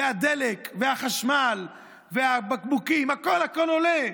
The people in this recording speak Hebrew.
והדלק והחשמל והבקבוקים, הכול הכול עולה.